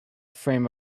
frame